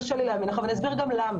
קשה לי לומר, ואני אסביר גם למה.